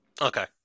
Okay